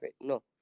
No